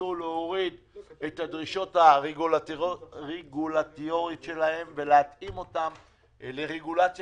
התכנסו להוריד את הדרישות הרגולטוריות ולהתאים אותן לרגולציה